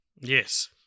Yes